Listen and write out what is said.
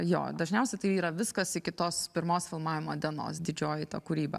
jo dažniausiai tai yra viskas iki tos pirmos filmavimo dienos didžioji ta kūryba